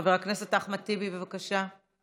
חבר הכנסת אחמד טיבי, בבקשה.